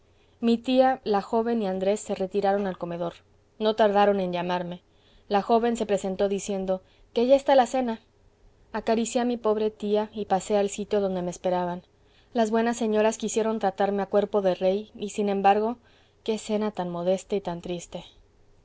mi tía la joven y andrés se retiraron al comedor no tardaron en llamarme la joven se presentó diciendo que ya está la cena acaricié a mi pobre tía y pasé al sitio donde me esperaban las buenas señoras quisieron tratarme a cuerpo de rey y sin embargo qué cena tan modesta y tan triste